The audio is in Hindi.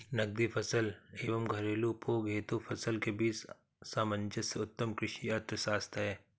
नकदी फसल एवं घरेलू उपभोग हेतु फसल के बीच सामंजस्य उत्तम कृषि अर्थशास्त्र है